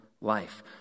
life